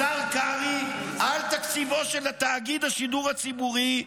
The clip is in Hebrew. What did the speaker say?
על תקציבו של תאגיד השידור הציבורי,